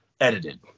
edited